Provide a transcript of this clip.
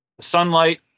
sunlight